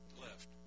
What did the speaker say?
left